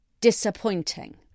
disappointing